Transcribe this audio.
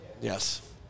Yes